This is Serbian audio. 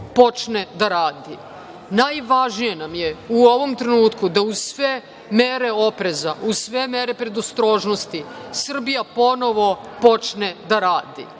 počne da radi. Najvažnije nam je u ovom trenutku da uz sve mere opreza, uz sve mere predostrožnosti Srbija ponovo počne da radi,